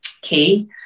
key